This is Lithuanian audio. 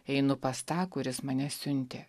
einu pas tą kuris mane siuntė